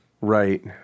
Right